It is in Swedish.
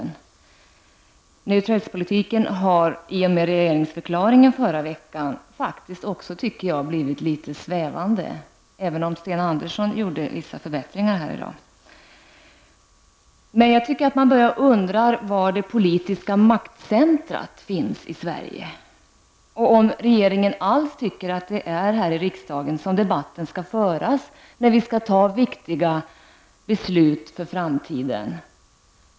Men neutralitetspolitiken har i och med regeringsförklaringen förra veckan faktiskt också blivit litet svävande tycker jag, även om Sten Andersson gjorde vissa förbättringar här i dag. Man börjar undra var det politiska maktcentrumet i Sverige finns, och om regeringen alls tycker att det är här i riksdagen som debatten skall föras när vi skall ta viktiga beslut för framtiden.